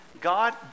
God